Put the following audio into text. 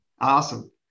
Awesome